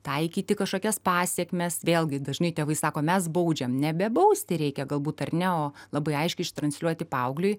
taikyti kažkokias pasekmes vėlgi dažnai tėvai sako mes baudžiam nebebausti reikia galbūt ar ne o labai aiškiai ištransliuoti paaugliui